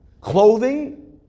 clothing